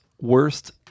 worst